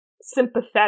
sympathetic